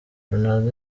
ronaldo